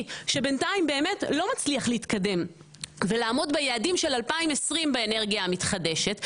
שבינתיים באמת לא מצליח להתקדם ולעמוד ביעדים של 2020 באנרגיה המתחדשת,